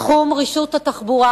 בתחום רישות התחבורה,